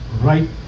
right